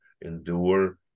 endure